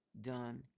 done